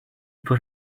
put